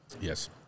Yes